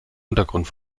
untergrund